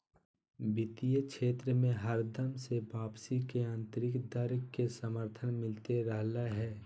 वित्तीय क्षेत्र मे हरदम से वापसी के आन्तरिक दर के समर्थन मिलते रहलय हें